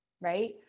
right